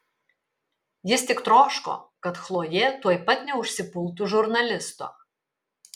jis tik troško kad chlojė tuoj pat neužsipultų žurnalisto